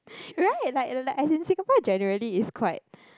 [right] like like as in Singapore is generally is quite